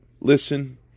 listen